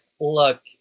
look